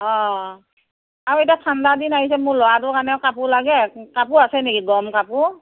অঁ আৰু এতিয়া ঠাণ্ডা দিন আহিছে মোৰ ল'ৰাটোৰ কাৰণেও কাপোৰ লাগে কাপোৰ আছে নেকি গৰম কাপোৰ